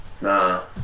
Nah